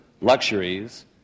luxuries